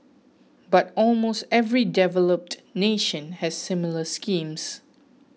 but almost every developed nation has similar schemes